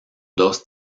dos